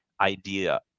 idea